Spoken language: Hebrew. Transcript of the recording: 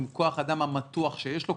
עם כוח האדם המתוח שיש לו.